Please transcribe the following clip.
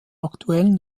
aktuellen